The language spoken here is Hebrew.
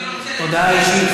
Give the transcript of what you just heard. הודעה אישית,